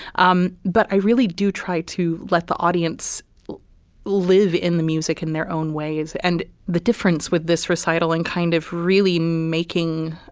um but i really do try to let the audience live in the music in their own ways. and the difference with this recital and kind of really making